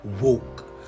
woke